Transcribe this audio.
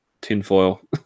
tinfoil